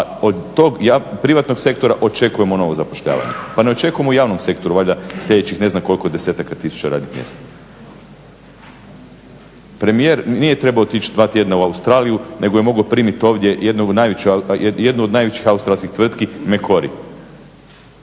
tog privatnog sektora očekujemo novo zapošljavanje. Pa ne očekujemo u javnom sektoru valjda sljedećih ne znam koliko 10-ka tisuća radnih mjesta. Premijer nije trebao otići 2 tjedna u Australiju nego je mogao primiti ovdje jednu od najvećih australskih tvrtki McCory.